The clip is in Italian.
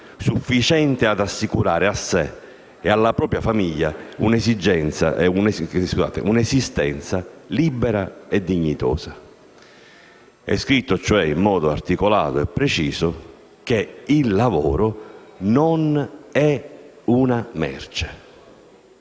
sufficiente ad assicurare a sé e alla famiglia un'esistenza libera e dignitosa». È scritto in modo articolato e preciso che il lavoro non è una merce.